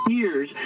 years